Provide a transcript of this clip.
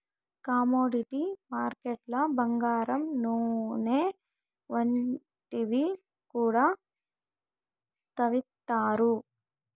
commodity మార్కెట్లు బంగారం నూనె వంటివి కూడా తవ్విత్తారు